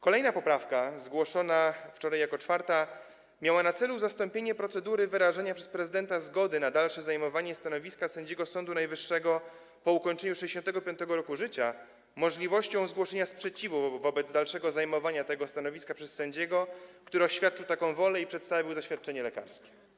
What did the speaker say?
Kolejna poprawka, zgłoszona wczoraj jako czwarta, miała na celu zastąpienie procedury wyrażenia przez prezydenta zgody na dalsze zajmowanie stanowiska sędziego Sądu Najwyższego po ukończeniu 65. roku życia możliwością zgłoszenia sprzeciwu wobec dalszego zajmowania tego stanowiska przez sędziego, który oświadczył taką wolę i przedstawił zaświadczenie lekarskie.